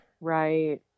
right